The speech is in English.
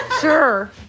Sure